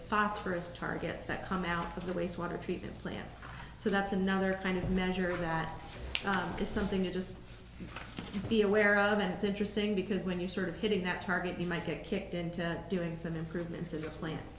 phosphorus targets that come out of the wastewater treatment plants so that's another kind of measure that is something you just be aware of and it's interesting because when you sort of hitting that target you might get kicked into doing some improvements of the plant